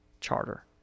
Charter